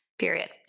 Period